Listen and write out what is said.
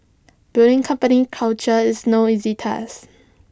building company culture is no easy task